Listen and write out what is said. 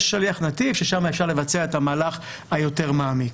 יש שליח נתיב ששם אפשר לבצע את המהלך היותר מעמיק.